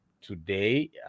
today